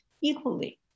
equally